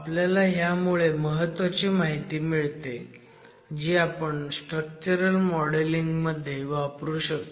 आपल्याला ह्यामुळे महत्वाची माहिती मिळते जी आपण स्ट्रक्चरल मॉडेल िंग मध्ये वापरू शकतो